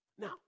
Now